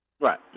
Right